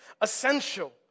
essential